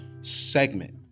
segment